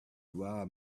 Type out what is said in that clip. robbed